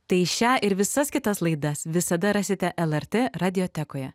tai šią ir visas kitas laidas visada rasite lrt radiotekoje